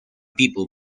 people